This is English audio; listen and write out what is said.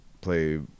play